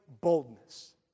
boldness